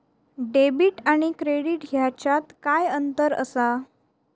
Debit आणि credit ह्याच्यात काय अंतर असा?